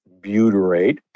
butyrate